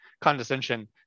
condescension